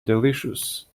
delicious